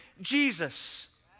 Jesus